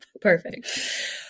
Perfect